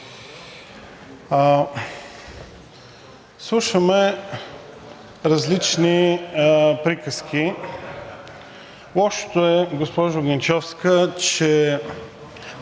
Слушаме различни приказки. Лошото е, госпожо Генчовска, че